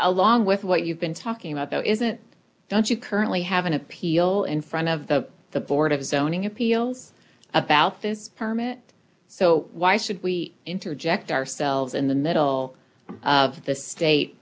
along with what you've been talking about though isn't don't you currently have an appeal in front of the the board of zoning appeals about this permit so why should we interject ourselves in the middle of the state